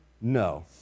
no